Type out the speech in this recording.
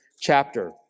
chapter